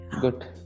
Good